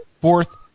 fourth